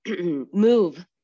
move